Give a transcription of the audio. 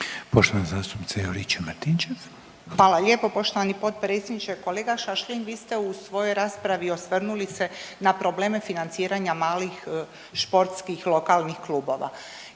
Branka (HDZ)** Hvala lijepo poštovani potpredsjedniče. Kolega Šašlin vi ste u svojoj raspravi osvrnuli se na probleme financiranja malih sportskih lokalnih klubova